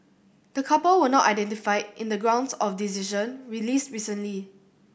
the couple were not identified in the grounds of decision released recently